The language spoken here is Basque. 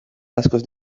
askoz